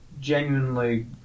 genuinely